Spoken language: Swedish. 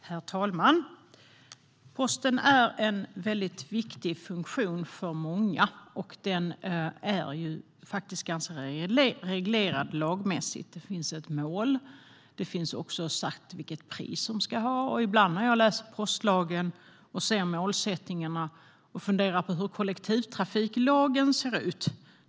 Herr talman! Posten, som är en väldigt viktig funktion för många, är ganska reglerad lagmässigt. Det finns ett mål. Det finns också sagt vilket pris den ska ha. Ibland när jag har läst postlagen och sett målsättningarna har jag funderat på hur kollektivtrafiklagen ser ut.